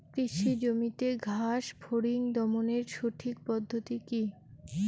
কৃষি জমিতে ঘাস ফরিঙ দমনের সঠিক পদ্ধতি কি?